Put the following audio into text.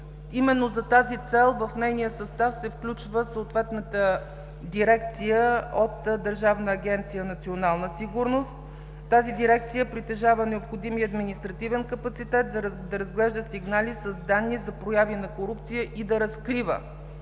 Именно за тази цел в нейния състав се включва съответната дирекция от Държавна агенция „Национална сигурност“. Тази дирекция притежава необходимия административен капацитет да разглежда сигнали с данни за проява на корупция и да разкрива